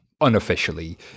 unofficially